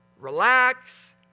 relax